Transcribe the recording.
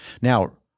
Now